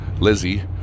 Lizzie